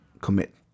commit